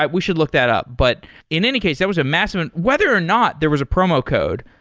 we should look that up. but in any case, that was a massive whether or not there was a promo code,